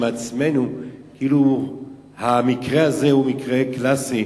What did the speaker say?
עצמנו כאילו המקרה הזה הוא מקרה קלאסי,